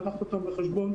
לקחת אותם בחשבון.